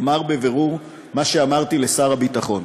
אומר בבירור מה שאמרתי לשר הביטחון: